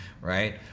right